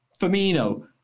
Firmino